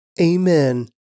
Amen